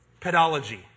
Pedology